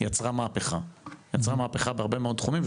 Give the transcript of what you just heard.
יצרה מהפכה בהרבה מאוד תחומים.